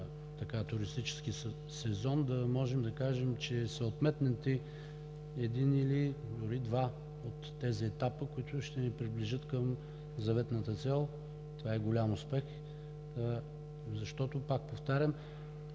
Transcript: туристически сезон, да можем да кажем, че са отметнати един или дори два от тези етапа, които ще ни приближат към заветната цел, това е голям успех, защото това